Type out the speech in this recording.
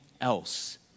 else